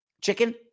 chicken